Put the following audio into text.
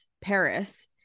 Paris